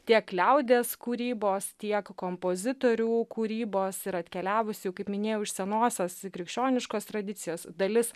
tiek liaudies kūrybos tiek kompozitorių kūrybos ir atkeliavusių kaip minėjau iš senosios krikščioniškos tradicijos dalis